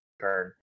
turn